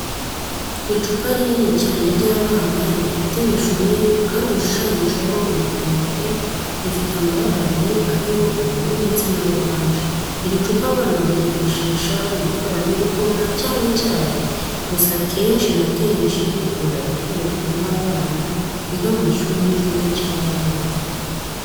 Icupa rinini cyane ry'abana rifite imishumi kandi rishushanyijeho urutente, rifite amabara abiri ari yo ubururu ndetse na oranje. Iri cupa abana baryifashisha bari gutwaramo igikoma cyangwa icyayi, gusa akenshi na kenshi rikunda gukoreshwa n'abana biga mu mashuri y'inshuke cyangwa abanza.